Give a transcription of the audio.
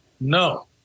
No